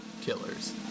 killers